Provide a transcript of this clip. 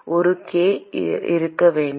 ஒரு கே இருக்க வேண்டும்